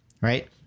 right